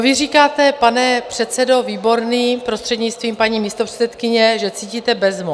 Vy říkáte, pane předsedo Výborný, prostřednictvím paní místopředsedkyně, že cítíte bezmoc.